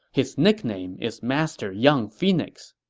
his nickname is master young phoenix.